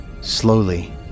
Slowly